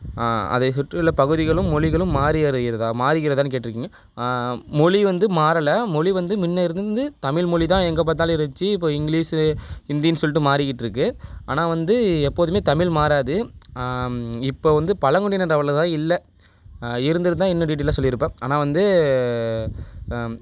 அதை சுற்றியுள்ள பகுதிகளும் மொழிகளும் மாறி வருகிறதா மாறுகிறதான்னு கேட்டுருக்கீங்க மொழி வந்து மாறலை மொழி வந்து முன்ன இருந்து தமிழ் மொழி தான் எங்கே பார்த்தாலும் இருந்துச்சு இப்போ இங்கிலீஷ்ஷு ஹிந்தின்னு சொல்லிட்டு மாறிக்கிட்டு இருக்கு ஆனால் வந்து எப்போதுமே தமிழ் மாறாது இப்போ வந்து பழங்குடியினர் அவ்வளதா இல்லை இருந்து இருந்தா இன்னும் டீட்டைல்லாக சொல்லியிருப்பேன் ஆனா வந்து